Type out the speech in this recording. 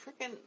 freaking